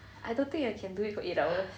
I don't think I can do it for eight hours